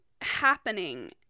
happening